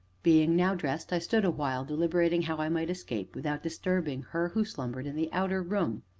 being now dressed, i stood awhile, deliberating how i might escape without disturbing her who slumbered in the outer room.